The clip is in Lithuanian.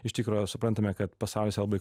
iš tikro suprantame kad pasaulis yra labai